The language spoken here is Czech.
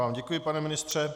Já vám děkuji, pane ministře.